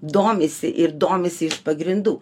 domisi ir domisi iš pagrindų